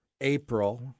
April